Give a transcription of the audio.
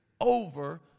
Over